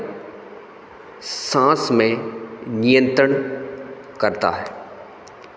सांस में नियंत्रण करता है